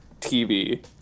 TV